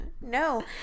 No